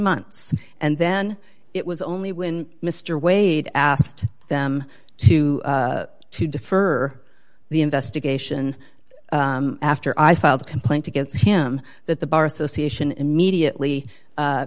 months and then it was only when mr wade asked them to to defer the investigation after i filed a complaint against him that the bar association immediately